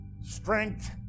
strength